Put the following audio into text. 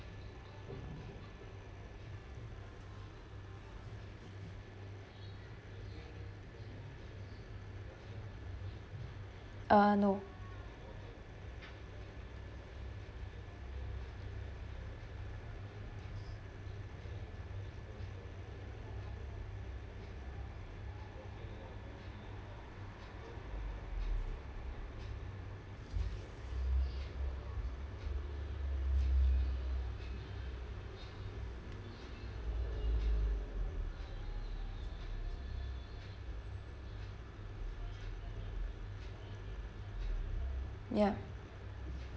uh no ya